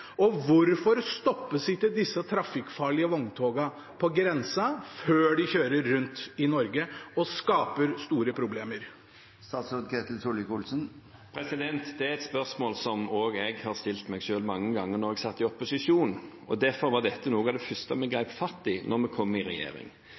og hvorfor stoppes ikke disse trafikkfarlige vogntogene på grensa før de kjører rundt i Norge og skaper store problemer? Det er et spørsmål som jeg stilte meg selv mange ganger da jeg satt i opposisjon, og derfor var dette noe av det første vi